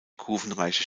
kurvenreiche